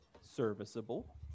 serviceable